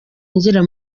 ngira